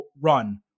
run